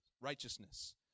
righteousness